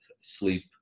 sleep